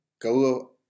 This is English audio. go